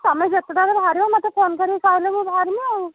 ତମେ ଯେତେଟା ବେଳେ ବାହାରିବ ମୋତେ ଫୋନ୍ କରିକି କହିଲେ ମୁଁ ବାହାରିମି ଆଉ